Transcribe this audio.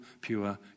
pure